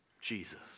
Jesus